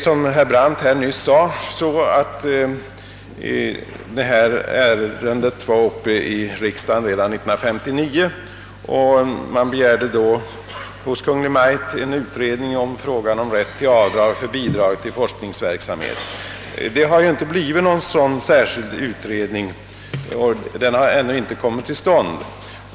Som herr Brandt nyss sade var detta ärende uppe till behandling i riksdagen redan 1959, och man begärde då hos Kungl. Maj:t en utredning om rätt till avdrag för bidrag till forsknings verksamhet. Någon sådan särskild utredning har ännu inte kommit till stånd.